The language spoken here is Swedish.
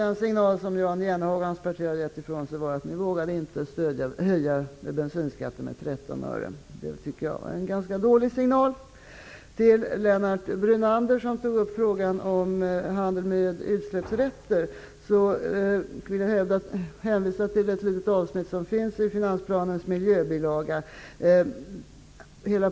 Den signal som Jan Jennehag och hans parti gav ifrån sig var att man inte vågade höja bensinskatten med 13 öre. Det tycker jag var en ganska dålig signal. Lennart Brunander tog upp frågan om handeln med utsläppsrätter. Jag vill hänvisa till ett litet avsnitt i finansplanens miljöbilaga.